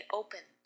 open